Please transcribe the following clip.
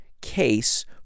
case